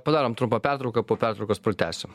padarom trumpą pertrauką po pertraukos pratęsim